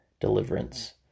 deliverance